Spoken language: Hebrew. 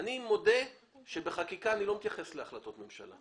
אני מודה שבחקיקה אני לא מתייחס להחלטות ממשלה.